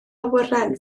awyren